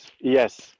yes